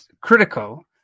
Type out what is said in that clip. critical